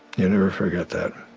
you never forget that.